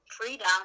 freedom